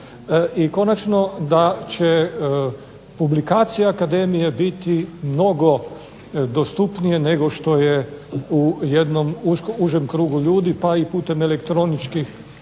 da će publikacija Akademije biti mnogo dostupnije nego što je u užem krugu ljudi pa i putem elektroničkih